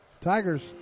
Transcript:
Tigers